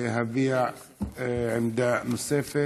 להביע עמדה נוספת.